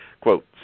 Quote